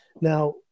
Now